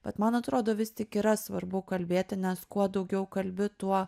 bet man atrodo vis tik yra svarbu kalbėti nes kuo daugiau kalbi tuo